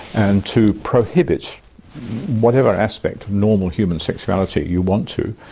and to prohibit whatever aspect of normal human sexuality you want to,